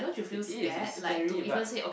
it is is scary but